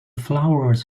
flowers